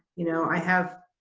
you know, i have,